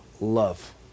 love